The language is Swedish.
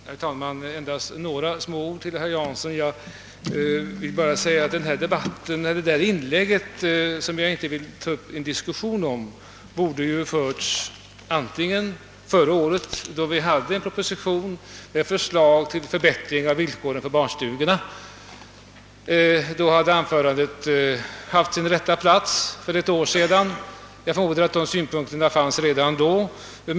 Herr talman! Endast några få ord till herr Jansson. Herr Janssons inlägg, som jag inte vill ta upp en diskussion om, borde ha gjorts förra året då en proposition framlades med förslag till förbättring av villkoren för barnstugorna. Då hade tidpunkten för anförandet varit lämpligt. Jag förmodar att herr Jansson hade dessa synpunkter redan vid det tillfället.